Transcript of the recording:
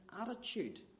attitude